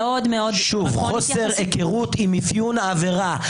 חוסר היכרות עם אפיון העבירה.